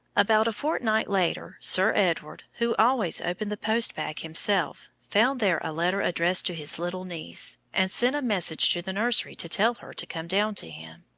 about a fortnight later sir edward, who always opened the post-bag himself, found there a letter addressed to his little niece, and sent a message to the nursery to tell her to come down to him.